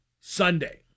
Sunday